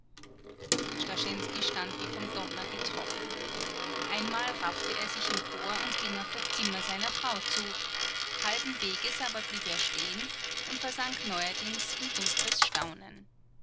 stand wie vom donner getroffen einmal raffte er sich empor und ging auf das zimmer seiner frau zu halben weges aber blieb er stehen und versank neuerdings in dumpfes staunen